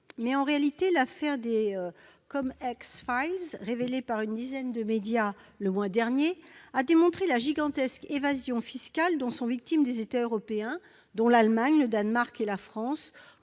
Toutefois, l'affaire des « CumEx Files », révélée par une dizaine de médias le mois dernier, a démontré la gigantesque évasion fiscale dont sont victimes des États européens, parmi lesquels l'Allemagne, le Danemark et la France,